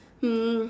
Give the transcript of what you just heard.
hmm